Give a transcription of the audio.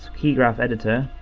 key graph editor,